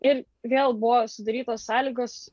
ir vėl buvo sudarytos sąlygos